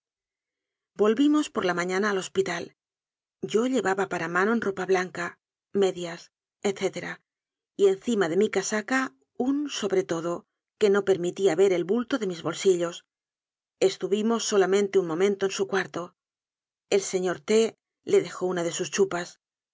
volvimos por la mañana al hospital yo llevaba para manon ropa blanca medias etc y encima de mi casaca un sobretodo que no permitía ver el bulto de mis bolsillos estuvimos solamente un momento en su cuarto el señor t le dejó una de sus chupas